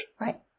Right